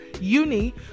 uni